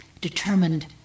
determined